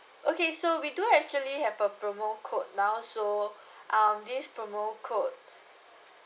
okay so we do actually have a promo code now so um this promo code